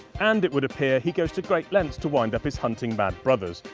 and it would appear he goes to great length to wind up his hunting mad brothers.